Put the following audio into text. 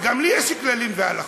וגם לי יש כללים והלכות.